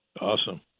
Awesome